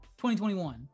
2021